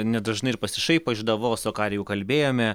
nedažnai ir pasišaipo iš davoso ką jau ir kalbėjome